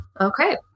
Okay